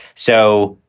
so,